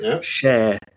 Share